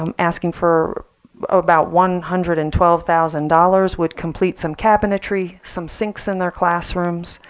um asking for about one hundred and twelve thousand dollars would complete some cabinetry, some sinks in their classrooms,